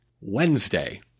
Wednesday